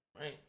Right